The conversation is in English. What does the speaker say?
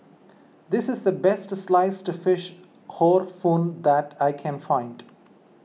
this is the best Sliced Fish Hor Fun that I can find